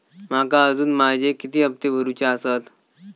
माका अजून माझे किती हप्ते भरूचे आसत?